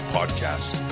Podcast